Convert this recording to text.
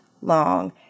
long